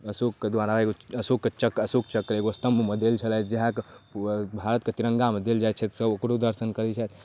अशोकके द्वारा एगो अशोक चक्र अशोक चक्र एगो स्तम्भमे देने छलथि जे अहाँके भारतके तिरङ्गामे देल जाइ छै ओ ओकरो दर्शन करै छथि